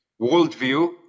worldview